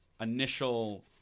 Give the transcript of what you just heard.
initial